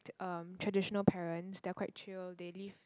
um traditional parents they are quite chill they leave